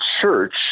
church